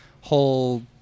whole